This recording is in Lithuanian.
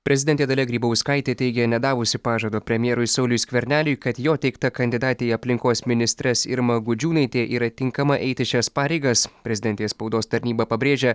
prezidentė dalia grybauskaitė teigia nedavusi pažado premjerui sauliui skverneliui kad jo teikta kandidatė į aplinkos ministres irma gudžiūnaitė yra tinkama eiti šias pareigas prezidentės spaudos tarnyba pabrėžia